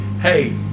hey